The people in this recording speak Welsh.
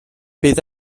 bydd